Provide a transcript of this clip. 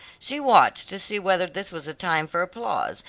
she watched to see whether this was a time for applause,